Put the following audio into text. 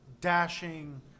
dashing